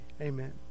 Amen